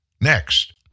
Next